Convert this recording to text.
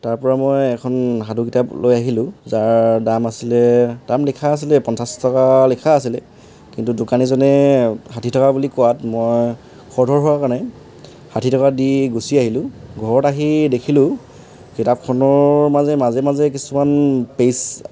তাৰপৰা মই এখন সাধু কিতাপ লৈ আহিলোঁ যাৰ দাম আছিলে দাম লিখা আছিলে পঞ্চাছ টকা লিখা আছিলে কিন্তু দোকানীজনে ষাঠি টকা বুলি কোৱাত মই খৰ ধৰ হোৱাৰ কাৰণে ষাঠি টকা দি গুচি আহিলোঁ ঘৰত আহি দেখিলোঁ কিতাপখনৰ মানে মাজে মাজে কিছুমান পেজ